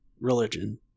religion